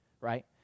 right